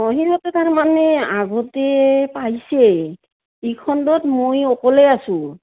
তাৰমানে আগতে পাইছে ই খণ্ডত মই অকলে আছোঁ